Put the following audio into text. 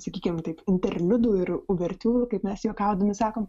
sakykim taip interliudų ir uvertiūrų kaip mes juokaudami sakom